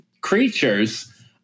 creatures